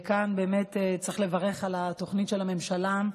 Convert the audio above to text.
וכאן באמת צריך לברך על התוכנית של הממשלה,